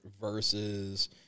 versus